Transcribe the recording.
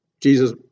Jesus